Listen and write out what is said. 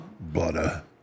Butter